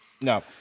No